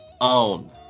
own